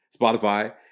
Spotify